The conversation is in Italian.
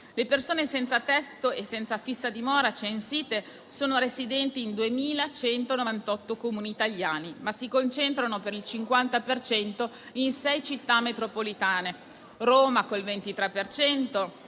Le persone senza tetto e senza fissa dimora censite sono residenti in 2.198 Comuni italiani, ma si concentrano per il 50 per cento in sei Città metropolitane: Roma con il